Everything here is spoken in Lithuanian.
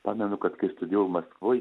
pamenu kad kai studijavau maskvoj